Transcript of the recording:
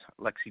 Lexi